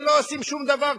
ולא עושים שום דבר,